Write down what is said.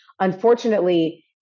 Unfortunately